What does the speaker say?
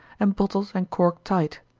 and bottled and corked tight.